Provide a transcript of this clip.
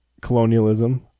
colonialism